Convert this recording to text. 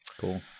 Cool